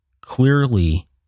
clearly